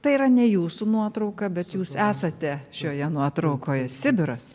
tai yra ne jūsų nuotrauka bet jūs esate šioje nuotraukoj sibiras